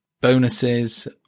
bonuses